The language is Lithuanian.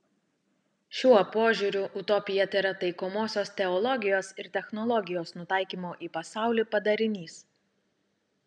šiuo požiūriu utopija tėra taikomosios teologijos ir technologijos nutaikymo į pasaulį padarinys